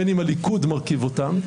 בין אם הליכוד מרכיב אותן,